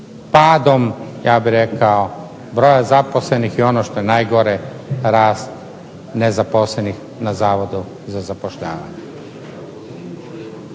padom ja bih rekao broja zaposlenih i ono što je najgore rast nezaposlenih na Zavodu za zapošljavanje.